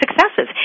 successes